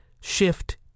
shift